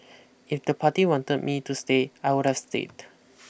if the party wanted me to stay I would have stayed